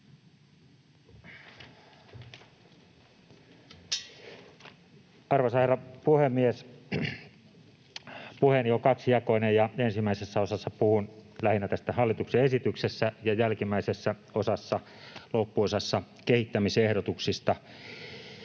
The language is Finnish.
Arvoisa herra puhemies! Puheeni on kaksijakoinen, ja ensimmäisessä osassa puhun lähinnä tästä hallituksen esityksestä ja jälkimmäisessä osassa, loppuosassa, kehittämisehdotuksista,